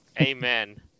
Amen